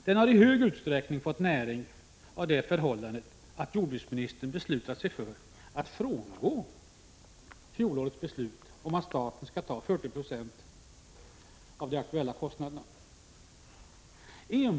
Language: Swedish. Den har i hög grad fått näring av det förhållandet att jordbruksministern beslutat sig för att frångå fjolårets beslut om att staten skall stå för 40 26 av de aktuella kostnaderna.